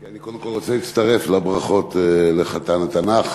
אני קודם כול רוצה להצטרף לברכות לחתן התנ"ך.